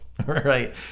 Right